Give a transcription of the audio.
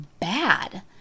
bad